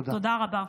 תודה רבה.